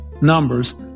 numbers